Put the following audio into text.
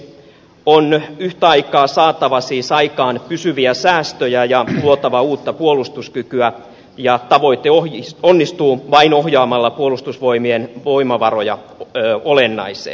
on yhtä aikaa saatava siis aikaan pysyviä säästöjä ja tuotava uutta puolustuskykyä ja tavoite onnistuu vain ohjaamalla puolustusvoimien voimavaroja olennaiseen